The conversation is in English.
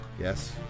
Yes